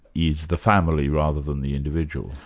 is the family rather than the individual?